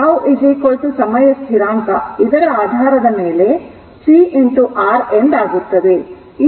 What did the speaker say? ಆದ್ದರಿಂದ τ ಸಮಯ ಸ್ಥಿರ ಇದರ ಆಧಾರದ ಮೇಲೆ ಅಂದರೆ C R ಎಂದಾಗುತ್ತದೆ